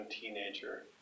teenager